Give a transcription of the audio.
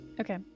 Okay